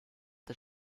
des